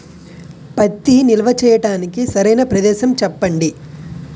పత్తి నిల్వ చేయటానికి సరైన ప్రదేశం చెప్పండి?